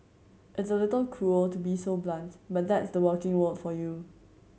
it's a little cruel to be so blunt but that's the working world for you